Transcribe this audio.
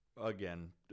again